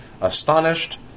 Astonished